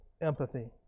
Empathy